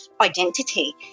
identity